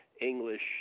English